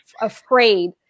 afraid